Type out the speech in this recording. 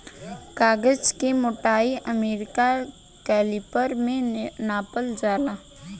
कागज के मोटाई अमेरिका कैलिपर में नापल जाला